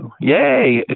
Yay